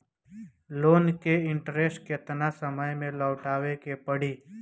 Loan के interest केतना समय में लौटावे के पड़ी?